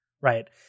right